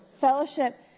fellowship